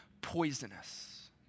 poisonous